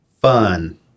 fun